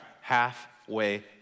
Halfway